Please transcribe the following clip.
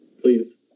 Please